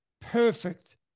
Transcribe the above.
perfect